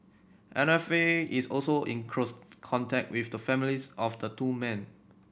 M F A is also in close contact with the families of the two men